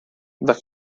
the